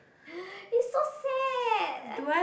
he so sad